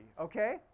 okay